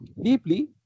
deeply